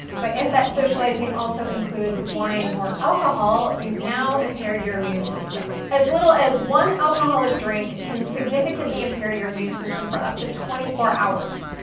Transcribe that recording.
but if that socializing also includes wine or alcohol, you've now impaired your immune system. as little as one alcoholic drink can significantly impair your immune system for up to twenty four hours.